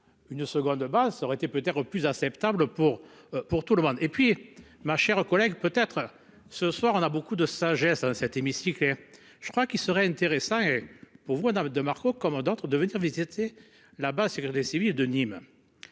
Une seconde base ça aurait été peut-être plus acceptable pour pour tout le monde et puis ma chère collègue peut être ce soir, on a beaucoup de sagesse dans cet hémicycle. Je crois qu'il serait intéressant. Pour vous de Marco comme d'autres de venir visiter la base écrire des civils et de Nîmes.